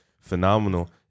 phenomenal